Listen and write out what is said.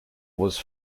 was